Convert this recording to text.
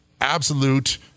absolute